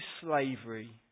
slavery